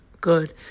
good